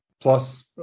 plus